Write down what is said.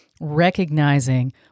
recognizing